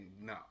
No